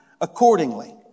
accordingly